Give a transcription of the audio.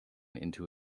into